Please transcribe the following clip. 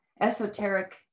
esoteric